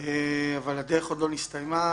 אבל הדרך עוד לא נסתיימה.